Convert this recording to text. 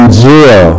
zero